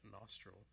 nostril